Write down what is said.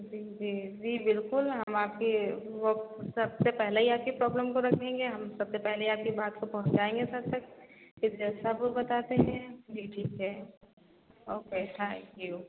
जी जी जी बिल्कुल हम आपके वो सबसे पहले ही आपकी प्रॉब्लम को रख देंगे हम सबसे पहले आपकी बात को पहुँचाऍंगे सर तक फिर जैसा वो बताते हैं जी ठीक है ओके थैंक यू